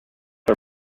are